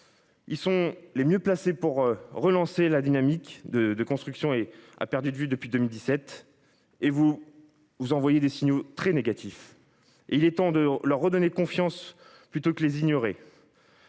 qu'ils sont les mieux placés pour relancer la dynamique de construction perdue depuis 2017, vous leur envoyez des signaux négatifs. Il est grand temps de leur redonner confiance, plutôt que de les ignorer.